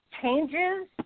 changes